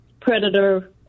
predator